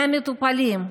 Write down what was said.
מהמטופלים,